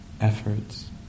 efforts